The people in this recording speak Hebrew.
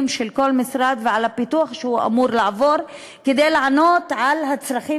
של כל משרד ועל הפיתוח שהוא אמור לעבור כדי לענות על הצרכים,